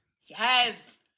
yes